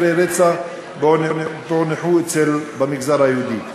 ועשרה מקרי הרצח במגזר היהודי פוענחו.